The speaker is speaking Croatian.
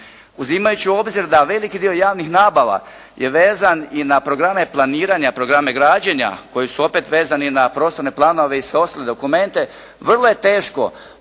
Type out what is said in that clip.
Uzimajući u obzir da veliki dio javnih nabava je vezan i na programe planiranja, programe građenja koji su opet vezani na prostorne planove i sve ostale dokumente, vrlo je teško